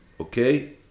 Okay